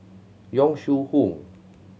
Yong Shu Hoong